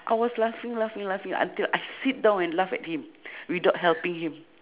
I was laughing laughing laughing until I sit down and laugh at him without helping him